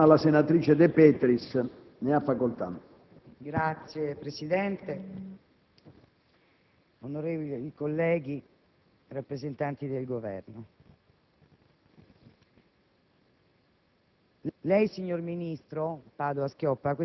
Questa è la politica estera vera, la politica estera etica che noi vogliamo, che continueremo a costruire qui con questa maggioranza ma anche al di fuori, con i movimenti sociali e dal basso per cercare davvero di contribuire alla realizzazione di un mondo più giusto ed equo.